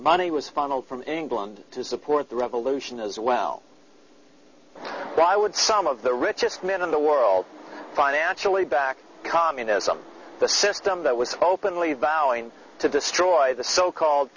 money was funneled from england to support the revolution as well why would some of the richest men in the world financially back communism the system that was hoping only vowing to destroy the so called